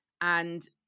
and-